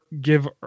give